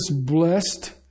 blessed